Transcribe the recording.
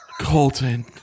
Colton